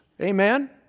Amen